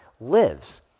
lives